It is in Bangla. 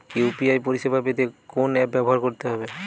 ইউ.পি.আই পরিসেবা পেতে কোন অ্যাপ ব্যবহার করতে হবে?